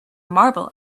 marble